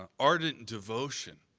ah ardent devotion.